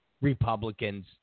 Republicans